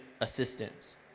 assistance